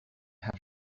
have